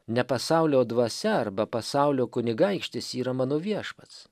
ne pasaulio dvasia arba pasaulio kunigaikštis yra mano viešpats